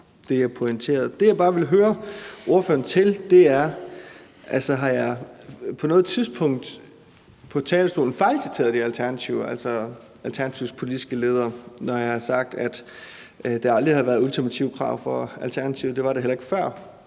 Det, jeg bare vil høre ordføreren om, er: Har jeg på noget tidspunkt fra talerstolen fejlciteret Alternativets politiske leder, når jeg har sagt, at det aldrig har været ultimative krav fra Alternativets side, at det var det heller ikke før